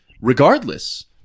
regardless